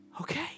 Okay